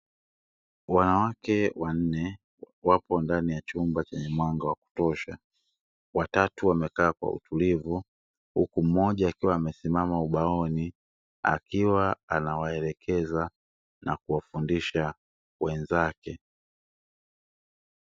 Wanawake wanne wapo ndani ya chumba chenye mwanga wa kutosha, watatu wamekaa kwa utulivu huku mmoja akiwa amesimama ubaoni akiwa anawaelekeza na kuwafundisha wenzake.